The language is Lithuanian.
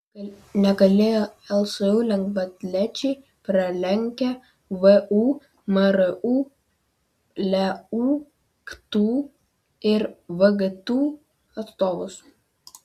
nugalėjo lsu lengvaatlečiai pralenkę vu mru leu ktu ir vgtu atstovus